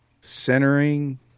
centering